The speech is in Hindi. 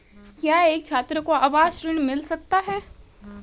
क्या एक छात्र को आवास ऋण मिल सकता है?